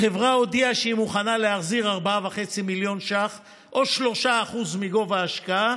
החברה הודיעה שהיא מוכנה להחזיר 4.5 מיליון שקלים או 3% מגובה ההשקעה.